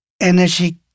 energy